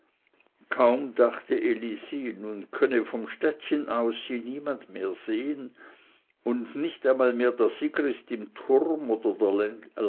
kaum dachte elisi nun könne vom städtchen aus sie niemand mehr sehen nicht einmal mehr der sigrist im turm oder der